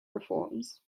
reforms